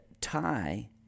tie